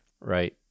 Right